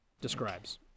describes